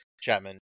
Chapman